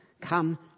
Come